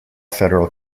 federal